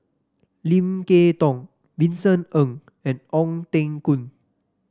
Lim Kay Tong Vincent Ng and Ong Teng Koon